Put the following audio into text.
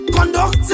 Conduct